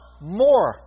more